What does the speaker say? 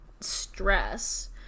stress